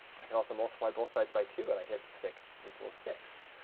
i can also multiply both sides by two and i get six equals six.